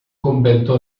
convento